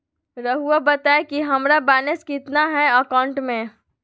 रहुआ बताएं कि हमारा बैलेंस कितना है अकाउंट में?